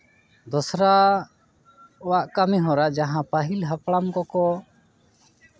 ᱫᱚᱥᱨᱟ ᱚᱲᱟᱜ ᱠᱟᱹᱢᱤᱦᱚᱨᱟ ᱡᱟᱦᱟᱸ ᱯᱟᱹᱦᱤᱞ ᱦᱟᱯᱲᱟᱢ ᱠᱚᱠᱚ